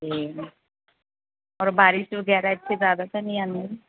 ਅਤੇ ਔਰ ਬਾਰਿਸ਼ ਵਗੈਰਾ ਇੱਥੇ ਜ਼ਿਆਦਾ ਤਾਂ ਨਹੀਂ ਆਉਂਦੀ